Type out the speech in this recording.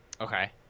Okay